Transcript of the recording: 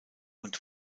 und